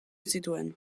zituen